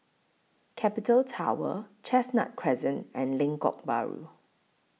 Capital Tower Chestnut Crescent and Lengkok Bahru